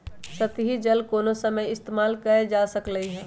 सतही जल कोनो समय इस्तेमाल कएल जा सकलई हई